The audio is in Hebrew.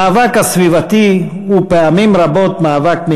המאבק הסביבתי הוא פעמים רבות מאבק מייאש.